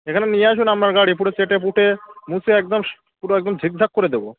এখানে নিয়ে আসুন আপনার গাড়ি পুরো চেটেপুটে মুছে একদম পুরো একদম ঠিকঠাক করে দেবো